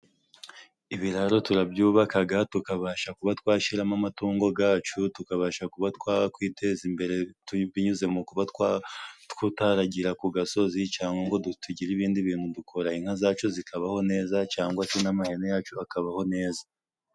Ibiraro turabyubakaga tukabasha kuba twashyiramo amatungo gacu. Tukabasha kuba twakwiteza imbere binyuze mu kuba tutaragira ku gasozi, cyangwa ngo tugire ibindi bintu dukora. Inka zacu zikabaho neza cyangwa n'amahene yacu akabaho neza.